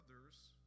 others